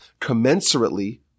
commensurately